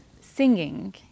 singing